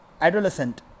adolescent